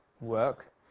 work